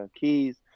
keys